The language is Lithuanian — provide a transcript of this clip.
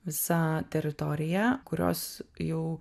visa teritorija kurios jau